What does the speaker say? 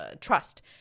trust